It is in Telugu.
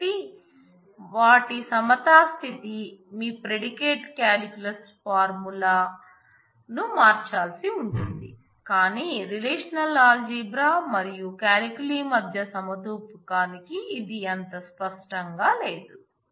కాబట్టి వారి సమతాస్థితి మీ ప్రిడిక్టేట్ కాలిక్యులస్ ఫార్ములా మధ్య సమతూకానికి ఇది అంత స్పష్టంగా లేదు